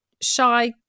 shy